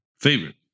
favorite